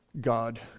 God